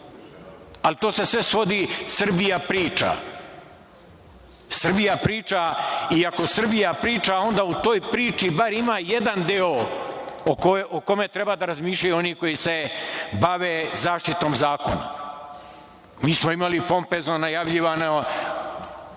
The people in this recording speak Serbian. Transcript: ali to se sve svodi - Srbija priča. Srbija priča i ako Srbija priča, onda u toj priči ima bar jedan deo o kome treba da razmišljaju oni koji se bave zaštitom zakona. Mi smo imali pompezno najavljivano